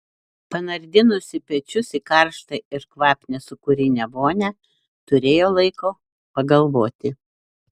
panardinusi pečius į karštą ir kvapnią sūkurinę vonią turėjo laiko pagalvoti